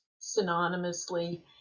synonymously